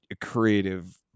creative